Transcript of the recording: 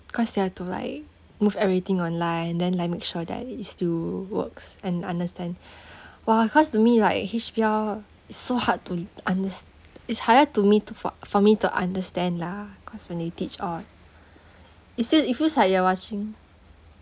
cause they have to like move everything online then like make sure that it's still works and understand !wah! cause to me like history all it's so hard to under ~ it's harder to me to for for me to understand lah cause when they teach all it still it feels like they are watching